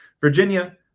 Virginia